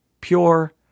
pure